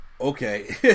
okay